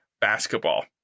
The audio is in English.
basketball